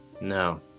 No